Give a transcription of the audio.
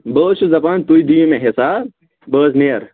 بہٕ حظ چھُس دَپان تُہۍ دِیِو مےٚ حِساب بہٕ حظ نیٚرٕ